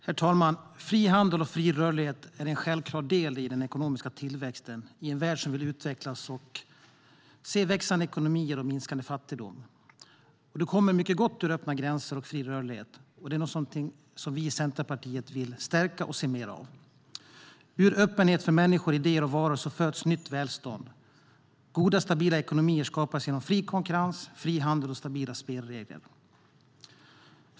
Herr talman! Fri handel och fri rörlighet är en självklar del i den ekonomiska tillväxten i en värld som vill utvecklas och se växande ekonomier och minskande fattigdom. Det kommer mycket gott ur öppna gränser och fri rörlighet, och det är någonting som vi i Centerpartiet vill stärka och se mer av. Ur öppenhet för människor, idéer och varor föds nytt välstånd. Goda och stabila ekonomier skapas genom fri konkurrens, fri handel och stabila spelregler.